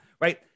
right